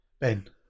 Ben